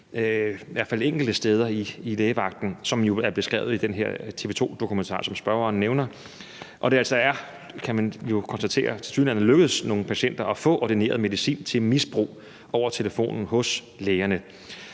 i hvert fald ikke enkelte steder i lægevagten, hvilket jo er beskrevet i den her TV 2-dokumentar, som spørgeren nævner, og hvor man kan konstatere, at det tilsyneladende er lykkedes nogle patienter at få ordineret medicin til misbrug over telefonen hos lægerne.